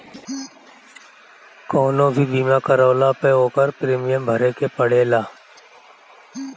कवनो भी बीमा करवला पअ ओकर प्रीमियम भरे के पड़ेला